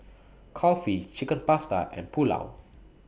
Kulfi Chicken Pasta and Pulao